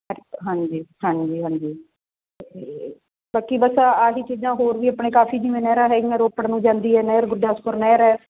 ਪਰ ਹਾਂਜੀ ਹਾਂਜੀ ਹਾਂਜੀ ਅਤੇ ਪੱਕੀ ਬਸ ਇਹ ਹੀ ਚੀਜ਼ਾਂ ਹੋਰ ਵੀ ਆਪਣੇ ਕਾਫ਼ੀ ਜਿਵੇਂ ਨਹਿਰਾਂ ਹੈਗੀਆਂ ਰੋਪੜ ਨੂੰ ਜਾਂਦੀ ਹੈ ਨਹਿਰ ਗੁਰਦਾਸਪੁਰ ਨਹਿਰ ਹੈ